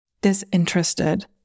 disinterested